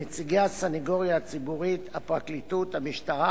נציגי הסניגוריה הציבורית, הפרקליטות, המשטרה